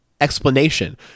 explanation